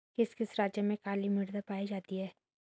किस किस राज्य में काली मृदा पाई जाती है?